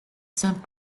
saint